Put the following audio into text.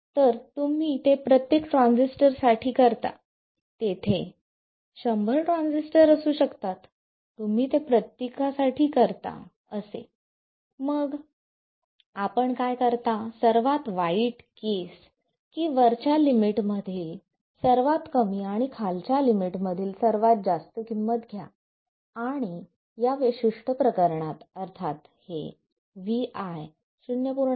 तर तुम्ही ते प्रत्येक ट्रान्झिस्टर साठी करता तेथे 100 ट्रान्झिस्टर असू शकतात तुम्ही ते प्रत्येकासाठी साठी करता असे आणि मग आपण काय करता सर्वात वाईट केस की वरच्या लिमिट मधील सर्वात कमी आणि खालच्या लिमिट मधील सर्वात जास्त किंमत घ्या आणि या विशिष्ट प्रकरणात अर्थात हे vi 0